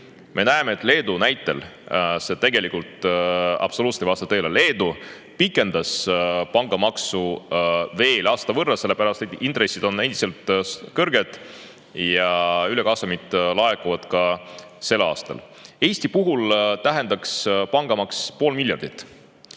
Me näeme Leedu näitel, et see tegelikult absoluutselt ei vasta tõele. Leedu pikendas pangamaksu veel aasta võrra, sellepärast et intressid on endiselt kõrged ja ülekasumid laekuvad ka sel aastal. Eesti puhul tähendaks pangamaks poolt miljardit,